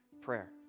prayer